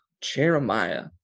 Jeremiah